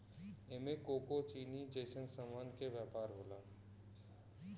एमे कोको चीनी जइसन सामान के व्यापार होला